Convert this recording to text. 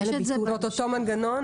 יש את זה באותו מנגנון?